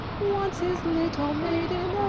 once his little maiden,